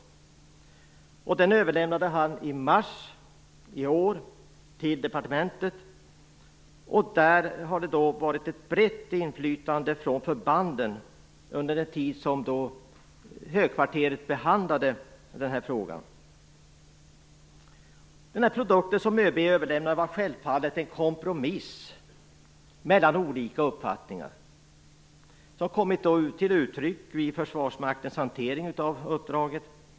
Denna plan överlämnades i mars i år till departementet. Under den tid som högkvarteret behandlade frågan har inflytandet från förbanden varit brett. Den produkt som ÖB överlämnade var självfallet en kompromiss mellan olika uppfattningar som kommit till uttryck vid Försvarsmaktens hantering av uppdraget.